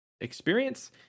experience